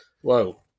Whoa